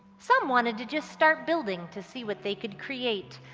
some wanted to just start building to see what they could create.